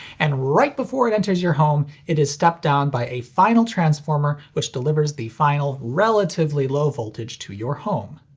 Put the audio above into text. and right before it enters your home it is stepped down by a final transformer which delivers the final, relatively low voltage to your home.